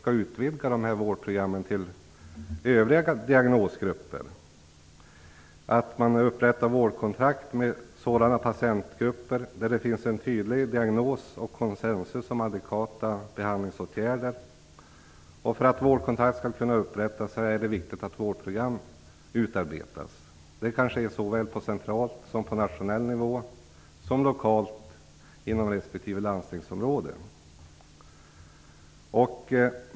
I betänkandet heter det vidare: "- parterna anser att s.k. vårdkontrakt bör upprättas för sådana patientgrupper där det finns en tydlig diagnos och konsensus om adekvata behandlingsåtgärder. För att vårdkontrakt skall kunna upprättas är det viktigt att vårdprogram utarbetas. Detta kan ske såväl centralt, på nationell nivå, som lokalt inom respektive landstingsområde."